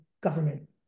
government